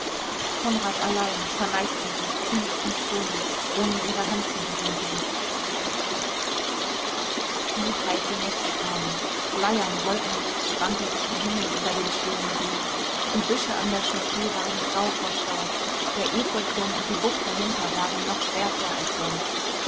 konrad allein verneigte sich tief und stumm ohne ihre hand zu berühren glutheiße nächte kamen bleiern wolkenlos spannte sich der himmel über dem stillen see die büsche an der chaussee waren grau vor staub der efeuturm und die bucht dahinter waren noch schwärzer als sonst